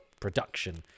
production